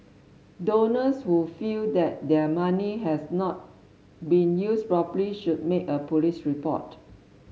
donors who feel that their money has not been used properly should make a police report